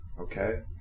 okay